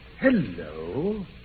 Hello